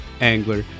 angler